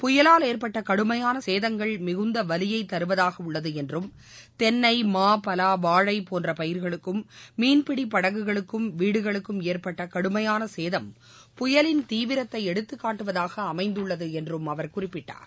பயலால் ஏற்பட்ட கடுமையான சேதங்கள் மிகுந்த வலியை தருவதாக உள்ளது என்றும் தென்னை மா பலா வாழை போன்ற பயிர்களுக்கும் மீன்பிடி படகுகளுக்கும் வீடுகளுக்கும் ஏற்பட்ட கடுமையான சேதம் புயலின் தீவிரத்தை எடுத்துக்காட்டுவதாக அமைந்துள்ளது என்றும் அவர் குறிப்பிட்டார்